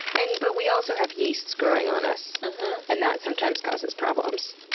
and but we also have yeasts growing on us and that sometimes causes problems.